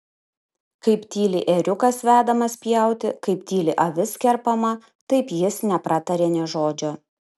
kaip tyli ėriukas vedamas pjauti kaip tyli avis kerpama taip jis nepratarė nė žodžio